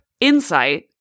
insight